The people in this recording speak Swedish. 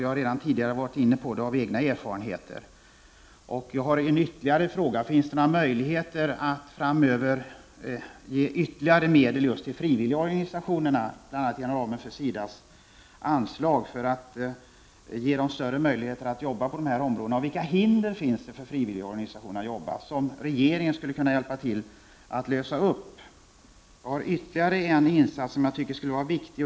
Jag har redan tidigare talat om det med anledning av egna erfarenheter. Jag har ett par frågor: Finns det några möjligheter att framöver ge ytterligare medel just till de frivilliga organisationerna, bl.a. inom ramen för SIDA:s anslag, för att ge dem större möjligheter att arbeta på dessa områden? Vilka hinder finns det för de frivilliga organisationernas arbete, vilka regeringen skulle kunna hjälpa till att lösa upp? Ännu en insats tycker jag skulle vara viktig.